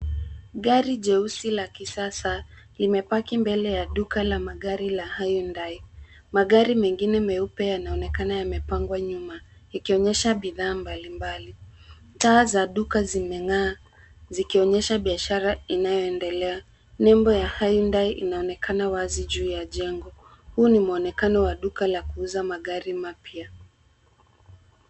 Gari jeusi la kisasa imepaki mbele ya duka la magari la Hyundai. Magari mengine meupe yanaonekana yamepangwa nyuma, ikionyesha bidhaa mbalimbali. Taa za duka zinang’aa, zikionyesha biashara inayoendelea, nembo ya Hyundai inaonekana wazi juu ya jengo. Huu ni muonekano wa duka la kuuza magari mapya.